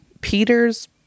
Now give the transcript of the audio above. Peter's